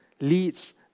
leads